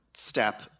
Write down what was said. step